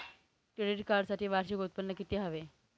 Credit कार्डसाठी वार्षिक उत्त्पन्न किती हवे?